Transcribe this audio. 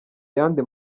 yandi